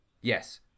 Yes